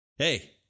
Hey